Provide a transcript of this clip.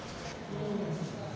నేను bank account ఎక్కడ సేయగలను